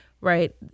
right